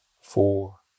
four